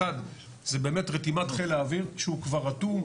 אחד- זה באמת רתימת חיל האוויר שהוא כבר רתום,